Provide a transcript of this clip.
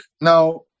now